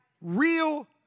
real